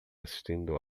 assistindo